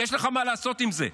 יש לך מה לעשות עם זה,